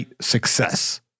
success